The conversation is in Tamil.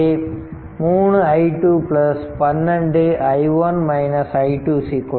எனவே 3 i2 12 0